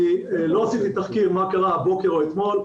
אני לא עשיתי תחקיר מה קרה הבוקר או אתמול,